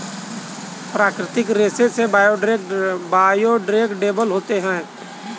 प्राकृतिक रेसे बायोडेग्रेडेबल होते है